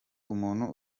umuntu